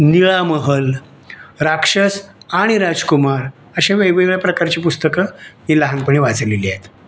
निळामहल राक्षस आणि राजकुमार अश्या वेगवेगळ्या प्रकारची पुस्तकं मी लहानपणी वाचलेली आहेत